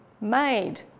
made